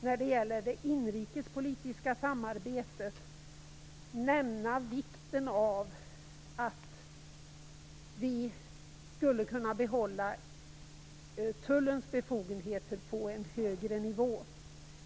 När det gäller det inrikespolitiska samarbetet skulle jag också vilja nämna vikten av att vi skulle kunna behålla tullens befogenheter på en högre nivå.